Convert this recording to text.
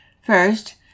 First